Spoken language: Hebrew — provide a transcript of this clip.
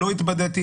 לא התבדיתי.